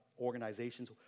organizations